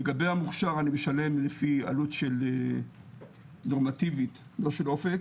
לגבי המוכש"ר אני משלם לפי עלות נורמטיבית לא של אופק